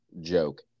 joke